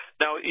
now